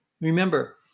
Remember